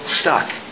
stuck